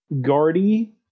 guardy